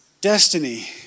destiny